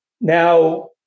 Now